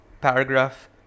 paragraph